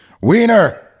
Wiener